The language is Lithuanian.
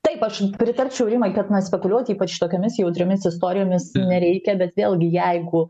taip aš pritarčiau rimai kad na spekuliuoti ypač tokiomis jautriomis istorijomis nereikia bet vėlgi jeigu